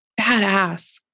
Badass